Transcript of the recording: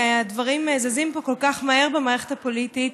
הדברים זזים פה כל כך מהר במערכת הפוליטית,